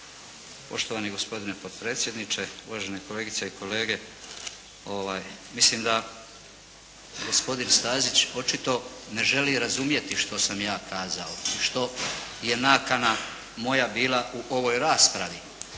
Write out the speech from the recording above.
Poštovani gospodine potpredsjedniče, uvažene kolegice i kolege! Mislim da gospodin Stazić očito ne želi razumjeti što sam ja kazao, što je nakana moja bila u ovoj raspravi,